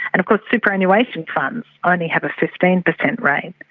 and of course superannuation funds only have a fifteen percent rate.